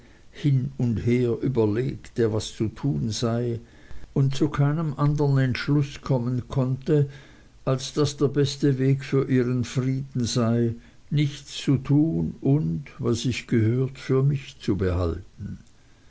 hin und her überlegte was zu tun sei und zu keinem andern entschluß kommen konnte als daß der beste weg für ihren frieden sei nichts zu tun und was ich gehört für mich zu behalten